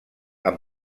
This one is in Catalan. amb